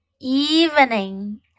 evening